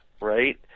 Right